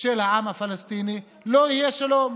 של העם הפלסטיני לא יהיה שלום.